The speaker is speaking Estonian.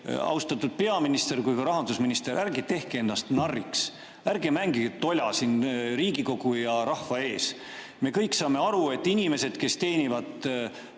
austatud peaminister ja rahandusminister. Ärge tehke ennast narriks! Ärge mängige tola siin Riigikogu ja rahva ees! Me kõik saame aru, et inimestel, kes teenivad